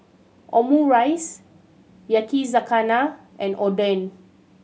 Omurice Yakizakana and Oden